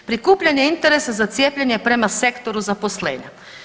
Prikupljanje interesa za cijepljenje prema sektoru zaposlenja.